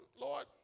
Lord